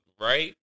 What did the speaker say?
right